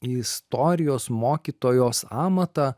istorijos mokytojos amatą